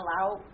allow